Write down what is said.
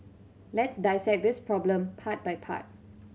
let's dissect this problem part by part